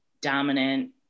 dominant